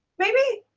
maybe?